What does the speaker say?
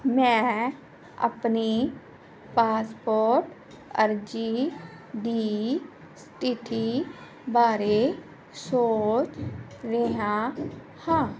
ਮੈਂ ਆਪਣੀ ਪਾਸਪੋਰਟ ਅਰਜ਼ੀ ਦੀ ਸਥਿਤੀ ਬਾਰੇ ਸੋਚ ਰਿਹਾ ਹਾਂ